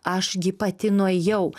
aš gi pati nuėjau